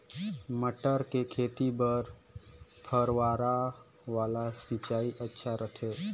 मटर के खेती बर फव्वारा वाला सिंचाई अच्छा रथे?